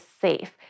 safe